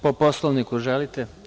Po Poslovniku želite?